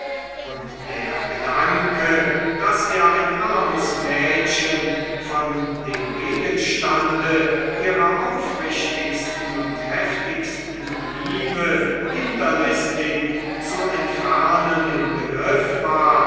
und der gedanke daß er ein armes mädchen von dem gegenstande ihrer aufrichtigsten und heftigsten liebe hinterlistig zu entfernen im begriff war